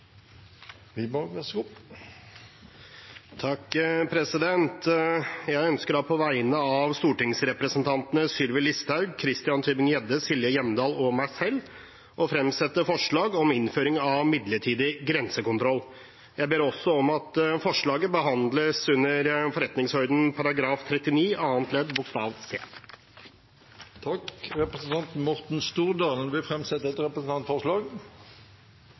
Wiborg vil framsette et representantforslag. Jeg ønsker på vegne av stortingsrepresentantene Sylvi Listhaug, Christian Tybring-Gjedde, Silje Hjemdal og meg selv å fremsette forslag om innføring av midlertidig grensekontroll. Jeg ber også om at forslaget behandles etter forretningsordenen § 39 annet ledd c. Representanten Morten Stordalen vil framsette et representantforslag.